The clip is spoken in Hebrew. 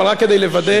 אבל רק כדי לוודא,